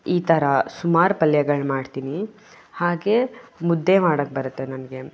ಈ ಥರಾ ಸುಮಾರು ಪಲ್ಯಗಳು ಮಾಡ್ತೀನಿ ಹಾಗೇ ಮುದ್ದೆ ಮಾಡೋಕೆ ಬರುತ್ತೆ ನನಗೆ